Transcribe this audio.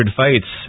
fights